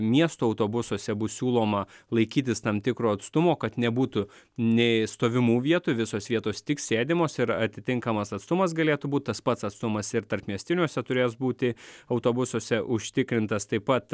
miesto autobusuose bus siūloma laikytis tam tikro atstumo kad nebūtų nei stovimų vietų visos vietos tik sėdimos ir atitinkamas atstumas galėtų būt tas pats atstumas ir tarpmiestiniuose turės būti autobusuose užtikrintas taip pat